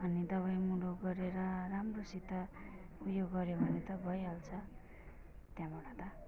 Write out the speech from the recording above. अनि दबाईमुलो गरेर राम्रोसित उयो गऱ्यो भने त भइहाल्छ त्यहाँबाट त